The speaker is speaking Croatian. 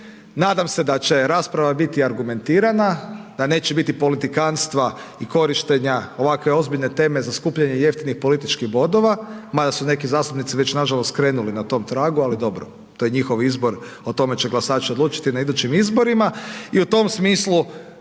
Nadam se da će rasprava biti argumentirana, da neće biti politikanstva i korištenja ovakve ozbiljne teme za skupljanje jeftinih političkih bodova mada su neki zastupnici već nažalost krenuli na tom tragu ali dobro to je njihov izbor, o tome će glasaći odlučiti na idućim izborima. I u tom smislu